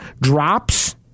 drops